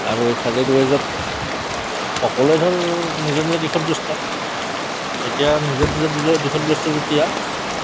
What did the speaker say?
আৰু এই সকলোৱে ধৰক নিজৰ নিজৰ এতিয়া নিজৰ নিজৰ নিজৰ দিশত ব্যস্ত যেতিয়া